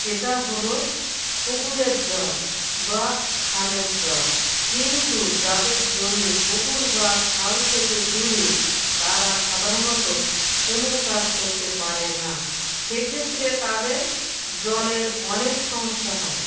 সেটা হলো পুকুরের জল বা খালের জল কিন্তু যাদের জমি পুকুর বা খাল থেকে দূরে তারা সাদারণত কোনো চাষ করতে পারে না সেক্ষেত্রে তাদের জলের অনেক সমস্যা হয়